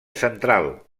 central